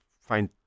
find